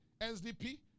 SDP